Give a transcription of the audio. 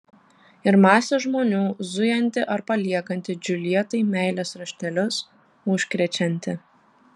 ir masė žmonių zujanti ar paliekanti džiuljetai meilės raštelius užkrečianti